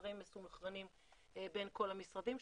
שהדברים מסונכרנים בין כל המשרדים,